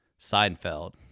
Seinfeld